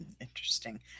Interesting